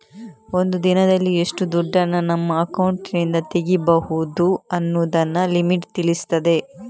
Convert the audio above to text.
ಒಂದು ದಿನದಲ್ಲಿ ಎಷ್ಟು ದುಡ್ಡನ್ನ ನಮ್ಮ ಅಕೌಂಟಿನಿಂದ ತೆಗೀಬಹುದು ಅನ್ನುದನ್ನ ಲಿಮಿಟ್ ತಿಳಿಸ್ತದೆ